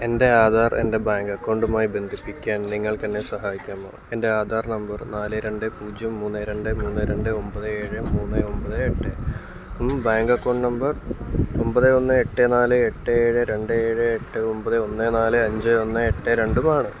എൻ്റെ ആധാർ എൻ്റെ ബാങ്ക് അക്കൗണ്ടുമായി ബന്ധിപ്പിക്കാൻ നിങ്ങൾക്ക് എന്നെ സഹായിക്കാമോ എൻ്റെ ആധാർ നമ്പർ നാല് രണ്ട് പൂജ്യം മൂന്ന് രണ്ട് മൂന്ന് രണ്ട് ഒമ്പത് ഏഴ് മൂന്ന് ഒമ്പത് എട്ട് ബാങ്ക് അക്കൗണ്ട് നമ്പർ ഒമ്പത് ഒന്ന് എട്ട് നാല് എട്ട് ഏഴ് രണ്ട് ഏഴ് എട്ട് ഒമ്പത് ഒന്ന് നാല് അഞ്ച് ഒന്ന് എട്ട് രണ്ടുമാണ്